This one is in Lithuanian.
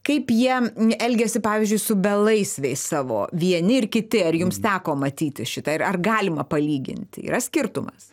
kaip jie elgiasi pavyzdžiui su belaisviais savo vieni ir kiti ar jums teko matyti šita ir ar galima palyginti yra skirtumas